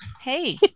hey